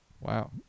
Wow